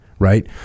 Right